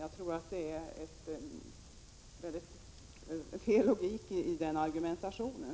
Jag tror dock inte på logiken i den argumentationen.